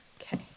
Okay